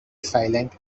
silent